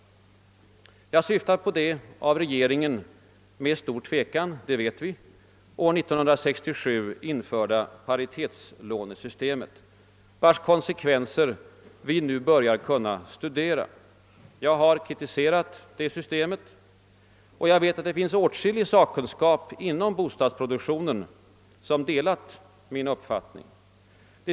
Jag syftar på det paritetslånesystem som regeringen med stor tvekan — det vet vi — införde år 1967 och vars konsekvenser vi nu börjar kunna studera. Jag har kritiserat det systemet, och jag vet att det finns åtskilliga sakkunniga inom bostadsproduktionen som delar min uppfattning.